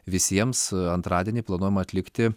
visiems antradienį planuojama atlikti